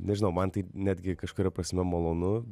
nežinau man tai netgi kažkuria prasme malonu